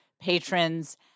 patrons